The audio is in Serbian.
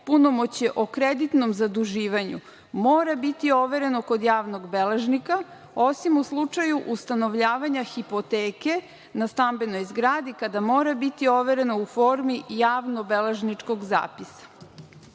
„Punomoćje o kreditnom zaduživanju mora biti overeno kod javnog beležnika, osim u slučaju ustanovljavanja hipoteke na stambenoj zgradi kada mora biti overena u formi javnobeležničkog zapisa“.S